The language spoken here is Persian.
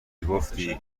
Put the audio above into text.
گفتی